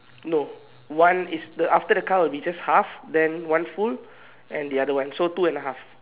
no one is the after the car will be just half then one full and the other one so two and a half